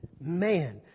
man